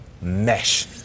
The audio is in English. mesh